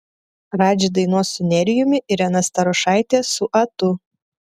radži dainuos su nerijumi irena starošaitė su atu